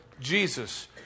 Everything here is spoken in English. Jesus